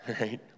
right